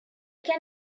can